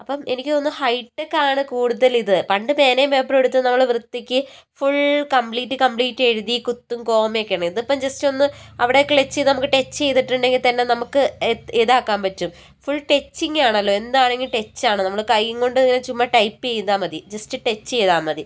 അപ്പം എനിക്ക് തോന്നുന്നത് ഹൈടെക് ആണ് കൂടുതൽ ഇത് പണ്ട് പേനയും പേപ്പറും എടുത്ത് നമ്മൾ വൃത്തിക്ക് ഫുൾ കമ്പ്ലീറ്റ് കമ്പ്ലീറ്റ് എഴുതി കുത്തും കോമയൊക്കെ ഇടണം ഇതിപ്പം ജസ്റ്റ് ഒന്ന് അവിടെ ക്ളച്ച് ചെയ്താൽ നമുക്ക് ടച്ച് ചെയ്തിട്ടുണ്ടെങ്കിൽത്തന്നെ നമുക്ക് ഇതാക്കാൻ പറ്റും ഫുൾ ടച്ചിങ് ആണല്ലോ എന്താണെങ്കിലും ടച്ച് ആണ് നമ്മൾ കൈയും കൊണ്ട് ചുമ്മാ ടൈപ്പ് ചെയ്താൽമതി ജസ്റ്റ് ടച്ച് ചെയ്താൽമതി